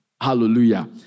Hallelujah